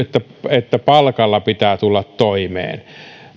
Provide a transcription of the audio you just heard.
että palkalla pitää tulla toimeen